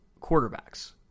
quarterbacks